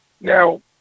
Now